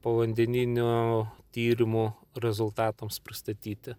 povandeninio tyrimų rezultatams pristatyti